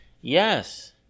yes